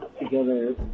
together